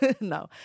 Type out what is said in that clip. No